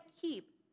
keep